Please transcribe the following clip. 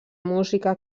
música